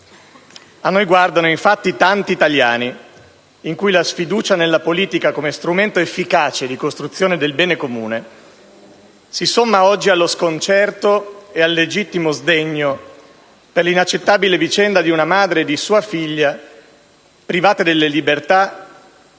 A noi guardano, infatti, tanti italiani in cui la sfiducia nella politica come strumento efficace di costruzione del bene comune si somma oggi allo sconcerto e al legittimo sdegno per l'inaccettabile vicenda di una madre e di sua figlia private della libertà,